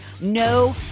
No